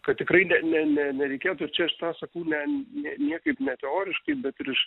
kad tikrai ne ne ne nereikėtų ir čia aš tą sakau ne ne niekaip neteoriškai bet ir iš